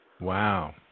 Wow